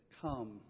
come